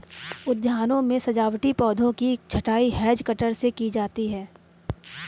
उद्यानों में सजावटी पौधों की छँटाई हैज कटर से की जाती है